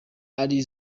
ari